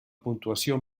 puntuació